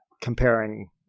comparing